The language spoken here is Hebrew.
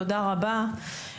תודה רבה.